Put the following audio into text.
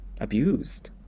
abused